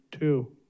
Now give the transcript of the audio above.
Two